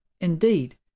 Indeed